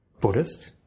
Buddhist